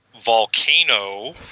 Volcano